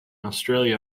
australia